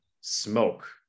smoke